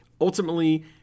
ultimately